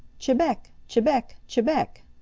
chebec! chebec! chebec!